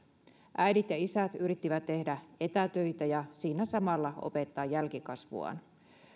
äidit ja isät yrittivät tehdä etätöitä ja siinä samalla opettaa jälkikasvuaan